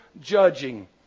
judging